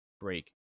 Break